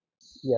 Yes